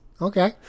Okay